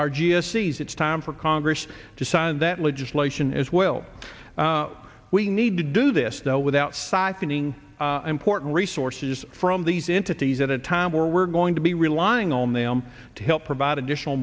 ses it's time for congress to sign that legislation as well we need to do this though without siphoning important resources from these entities at a time where we're going to be relying on them to help provide additional